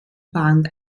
band